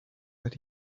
that